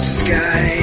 sky